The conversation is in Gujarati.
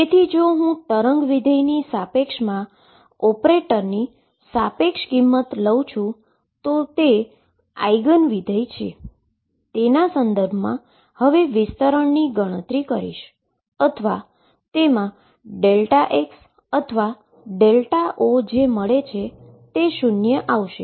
તેથી જો હું વેવ ફંક્શનની સાપેક્ષમાં ઓપરેટરની એક્સ્પેક્ટેશન વેલ્યુ લઉ છું કે જે આઇગન ફંક્શન છે તેના સંદર્ભમાં વિસ્તરણની ગણતરી કરીશ અથવા તેમાં Δx અથવા ΔO જે મળે છે તે શુન્ય હશે